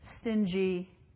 stingy